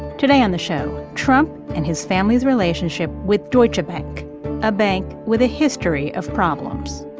today on the show, trump and his family's relationship with deutsche bank a bank with a history of problems